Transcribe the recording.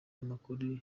amakuru